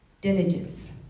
diligence